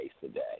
today